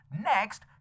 Next